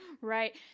Right